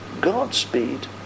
Godspeed